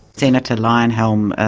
senator leyonhjelm,